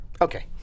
Okay